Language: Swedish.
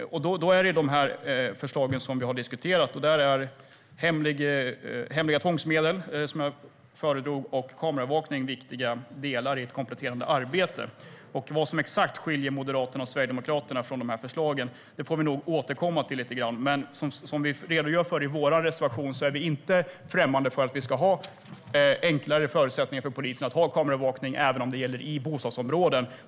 Då är hemliga tvångsmedel och kameraövervakning, som jag föredrog, viktiga delar i ett kompletterande arbete. Vad som exakt skiljer Moderaterna och Sverigedemokraterna i de här förslagen får vi nog återkomma till. Men som vi redogör för i vår reservation är vi inte främmande för enklare förutsättningar för polisen att ha kameraövervakning även i bostadsområden.